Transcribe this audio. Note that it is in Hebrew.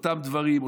אותם דברים,